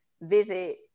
visit